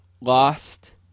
lost